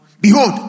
Behold